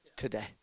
today